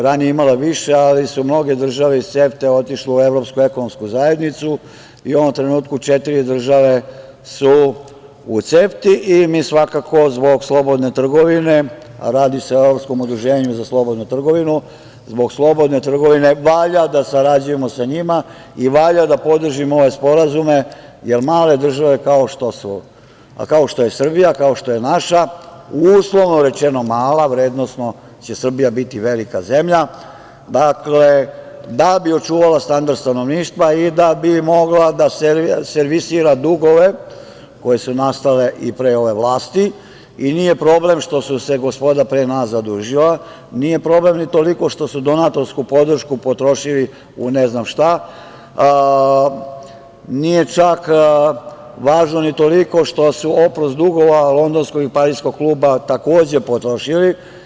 Ranije je imala više, ali su mnoge države iz CEFTA-e otišle u Evropsku ekonomsku zajednicu i u ovom trenutku četiri države su u CEFTA-i i mi svakako zbog slobodne trgovine, radi se o Evropskom udruženju za slobodnu trgovinu, zbog slobodne trgovine valja da sarađujemo sa njima i valja da podržimo sporazume, jer male države kao što je Srbija, kao što je naša, uslovno rečeno mala, vrednosno će Srbija biti velika zemlja, da bi očuvala standard stanovništva i da bi mogla da servisira dugove koji su nastali i pre ove vlasti i nije problem što su se gospoda pre nas zaduživala, nije problem ni toliko što su donatorsku podršku potrošili u ne znam šta, nije čak važno ni toliko što su oprost dugova Londonskog i Pariskog kluba takođe potrošili.